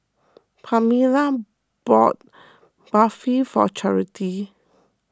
Pamella bought Barfi for Charity